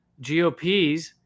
GOPs